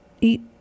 eat